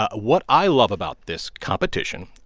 ah what i love about this competition,